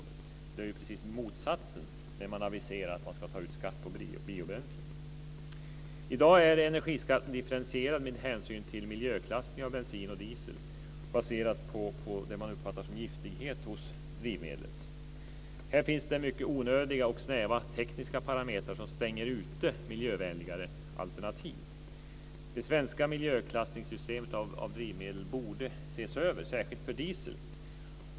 Det är ju precis motsatsen när man aviserar att man ska ta ut skatt på biobränslen. I dag är energiskatten differentierad med hänsyn till miljöklassning av bensin och diesel, baserat på det man uppfattar som giftighet hos drivmedlet. Här finns det mycket onödiga och snäva tekniska parametrar som stänger ute miljövänligare alternativ. Det svenska mijlöklassningssystemet för drivmedel borde ses över, särskilt för diesel.